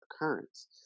occurrence